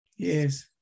Yes